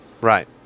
Right